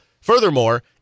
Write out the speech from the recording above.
furthermore